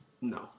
No